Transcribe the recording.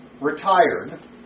retired